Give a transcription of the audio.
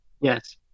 yes